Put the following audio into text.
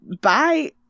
bye